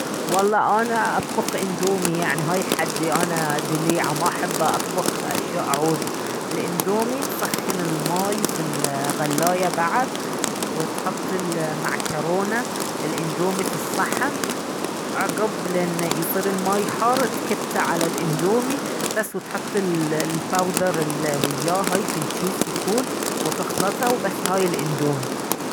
والله انا اطبخ اندومي يعني هاي حدي انا دليعة ما احب اطبخ اشياء عوده الاندومي تسخن الماي في الغلاية بعد وتحط المعكرونة الاندومي في الصحن عقب لين يصير الماي حار تكته على الاندومي بس وتحط الباودر الي وياه هاي في الجيس يكون وتخلطه وبس هاي الاندومي